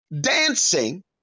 dancing